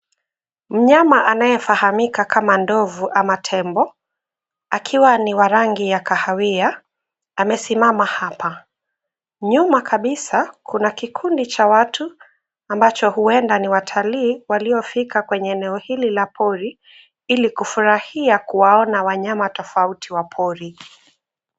Mnyama anayefahamika kama ndovu ama tembo, akiwa ni wa rangi ya kahawia, amesimama hapa. Nyuma kabisa kuna kikundi cha watu, ambacho huenda ni watalii, waliofika kwenye eneo hili la pori, ili kufurahia kuwaona wanyama tofauti wa pori.